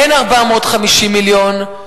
ואין 450 מיליון.